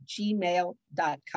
gmail.com